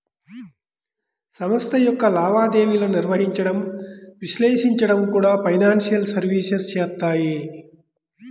సంస్థ యొక్క లావాదేవీలను నిర్వహించడం, విశ్లేషించడం కూడా ఫైనాన్షియల్ సర్వీసెస్ చేత్తాయి